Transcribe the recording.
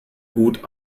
gut